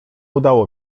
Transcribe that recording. udało